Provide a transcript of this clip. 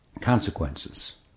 consequences